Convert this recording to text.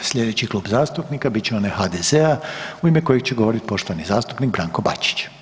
Evo slijedeći Klub zastupnika bit će onaj HDZ-a u ime kojeg će govorit poštovani zastupnik Branko Bačić.